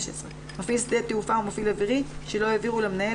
מפעיל שדה תעופה או מפעיל אווירי שלא העבירו למנהל